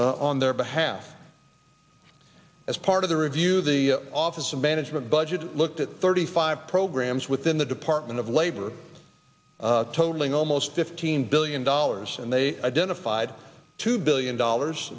doing on their behalf as part of the review the office of management budget looked at thirty five programs within the department of labor totaling almost fifteen billion dollars and they identified two billion dollars